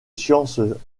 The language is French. sciences